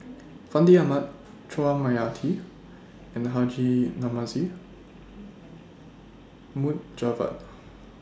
Fandi Ahmad Chua Mia Tee and Haji Namazie Mohd Javad